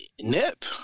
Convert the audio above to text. Nip